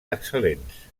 excel·lents